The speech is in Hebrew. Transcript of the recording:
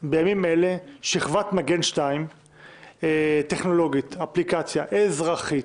בימים אלה שכבת מגן 2 טכנולוגית אפליקציה אזרחית